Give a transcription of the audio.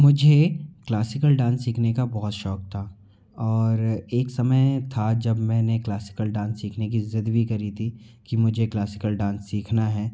मुझे classical dance सीखने का बहुत शौक था और एक समय था जब मैंने क्लासिकल डांस सीखने की ज़िद भी करी थी कि मुजे क्लासिकल डांस सीखना है